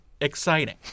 exciting